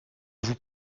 vous